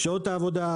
שעות העבודה,